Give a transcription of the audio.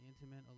intimate